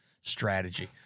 Strategy